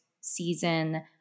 season